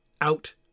Out